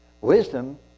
wisdom